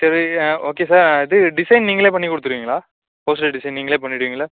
சரி okay sir இது design நீங்கள் பண்ணி கொடுத்துருவிங்களா போஸ்டர் டிசைன் நீங்கள் பண்ணிடுவீங்களா